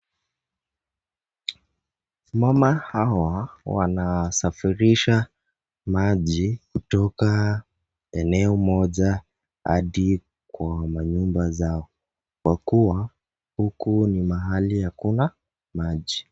Mama hawa wanasafirisha maji kutoka eneo moja hadi kwa manyumba zao kwa kuwa huku ni mahali hakuna maji.